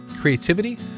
creativity